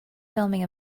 filming